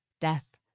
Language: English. death